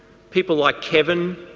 people like kevin,